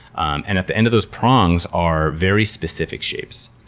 um and at the end of those prongs are very specific shapes.